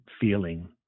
feeling